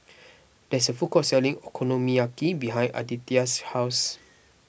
there is a food court selling Okonomiyaki behind Aditya's house